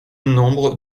nombre